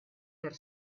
per